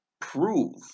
prove